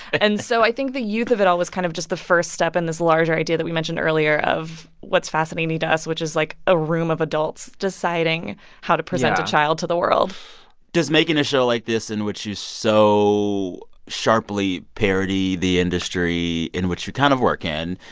and so i think the youth of it all was kind of just the first step in this larger idea that we mentioned earlier of what's fascinating to us, which is, like, a room of adults deciding how to. yeah. present child to the world does making a show like this in which you so sharply parody the industry in which you kind of work in,